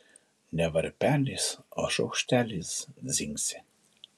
ne varpeliais o šaukšteliais dzingsi